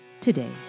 today